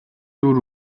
дүр